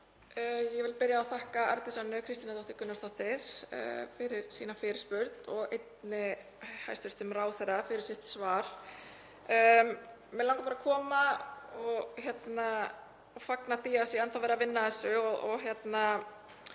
Ég vil byrja á að þakka Arndísi Önnu Kristínardóttur Gunnarsdóttur fyrir sína fyrirspurn og einnig hæstv. ráðherra fyrir sitt svar. Mig langar bara að koma og fagna því að það sé enn þá verið að vinna að þessu og ítreka